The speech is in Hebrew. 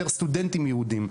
יותר סטודנטים יהודים,